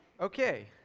Okay